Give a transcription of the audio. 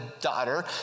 daughter